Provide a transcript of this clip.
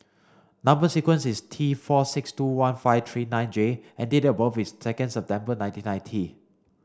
number sequence is T four six two one five three nine J and date of birth is second September nineteen ninety